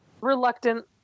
Reluctant